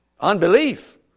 Unbelief